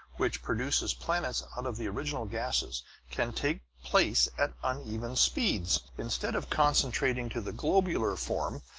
which produces planets out of the original gases can take place at uneven speeds! instead of concentrating to the globular form,